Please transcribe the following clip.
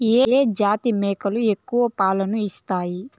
ఏ జాతి మేకలు ఎక్కువ పాలను ఇస్తాయి?